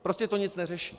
Prostě to nic neřeší.